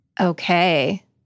Okay